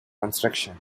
construction